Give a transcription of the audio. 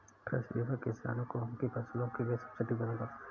कृषि बीमा किसानों को उनकी फसलों के लिए सब्सिडी प्रदान करता है